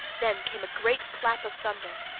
then came a great clap of thunder,